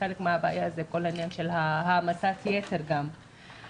חלק מהבעיה זה כל העניין של העמסת ייתר על המנופים.